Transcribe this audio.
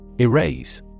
Erase